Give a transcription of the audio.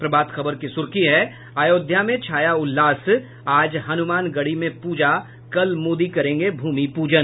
प्रभात खबर की सुर्खी अयोध्या में छाया उल्लास आज हनुमानगढ़ी में पूजा कल मोदी करेंगे भूमि पूजन